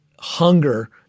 Hunger